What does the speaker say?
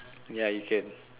ya you can